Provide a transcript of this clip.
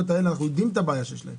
אנחנו יודעים את הבעיה עם ההשתלמויות האלה.